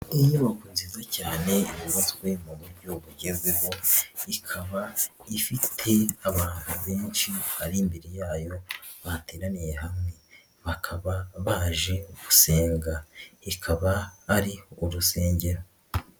Inyubako nziza cyane yubatswe mu buryo bugezweho, ikaba ifi abantu benshi bari imbere yayo bateraniye hamwe. Bakaba baje gusenga. Ikaba ari urusengero.